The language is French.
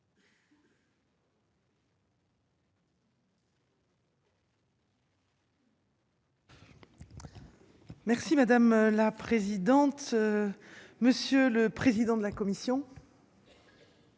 Merci madame la présidente, monsieur le président de la commission.